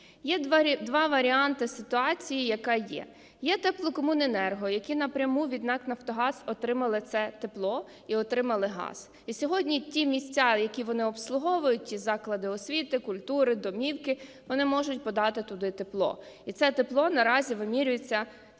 Є два варіанти ситуації, яка є. Є теплокомуненерго, які напряму від НАК "Нафтогаз" отримали це тепло і отримали газ. І сьогодні ті місця, які вони обслуговують, і заклади освіти, культури, домівки, вони можуть подати туди тепло, і це тепло наразі вимірюється в